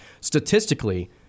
Statistically